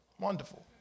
Wonderful